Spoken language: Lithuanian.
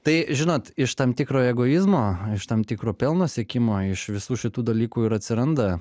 tai žinot iš tam tikro egoizmo iš tam tikro pelno siekimo iš visų šitų dalykų ir atsiranda